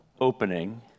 opening